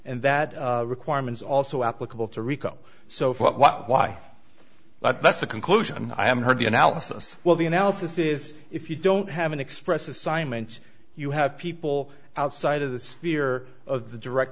and that requirements also applicable to rico so why but that's the conclusion i haven't heard the analysis well the analysis is if you don't have an express assignment you have people outside of the sphere of the direct